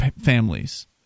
families